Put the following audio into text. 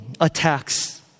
attacks